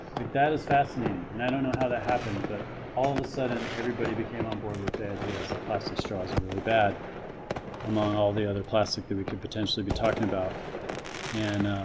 like that is fascinating and i don't know how that happened but all of a sudden everybody came on board with the ideas that plastic straws are really bad among all the other plastic that we could potentially be talking about and